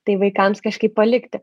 tai vaikams kažkaip palikti